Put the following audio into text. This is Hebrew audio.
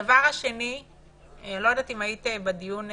אני לא יודעת אם היית בדיון בזום,